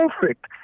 perfect